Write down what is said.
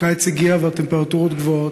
הקיץ הגיע, והטמפרטורות גבוהות,